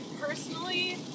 personally